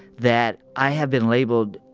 that i have been labeled